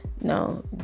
no